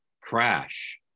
crash